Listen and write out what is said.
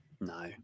no